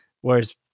whereas